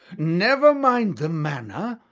never mind the manner,